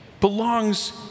belongs